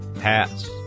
hats